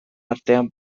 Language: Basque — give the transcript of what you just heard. artean